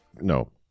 No